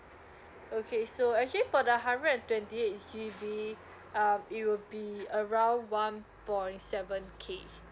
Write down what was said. okay so actually for the hundred and twenty eight G_B um it will be around one point seven K